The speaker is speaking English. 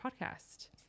podcast